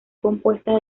compuestas